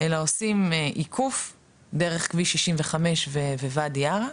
אלא עושים עיקוף דרך כביש 65 וואדי ערה,